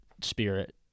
spirit